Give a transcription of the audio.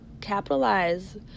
capitalize